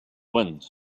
wind